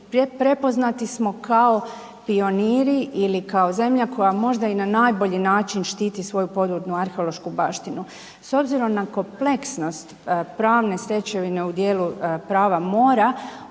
prepoznati smo kao pioniri ili kao zemlja koja možda i na najbolji način štiti svoju podvodnu arheološku baštinu. S obzirom na kompleksnost pravne stečevine u dijelu prava mora,